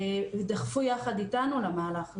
ודחפו יחד איתנו למהלך הזה.